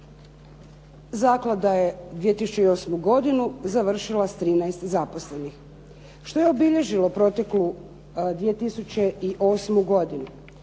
zaklada je 2008. godinu završila s 13 zaposlenih. Što je obilježilo proteklu 2008. godinu?